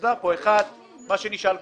מוסבר פה - אחת, מה שנשאל קודם.